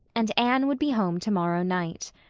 and anne would be home tomorrow night.